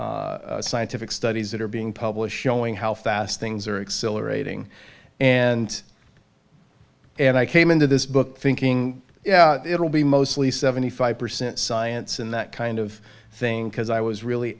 disturbing scientific studies that are being published showing how fast things are accelerating and and i came into this book thinking yeah it'll be mostly seventy five percent science and that kind of thing because i was really